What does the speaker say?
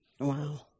Wow